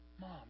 Mom